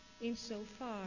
insofar